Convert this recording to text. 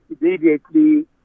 immediately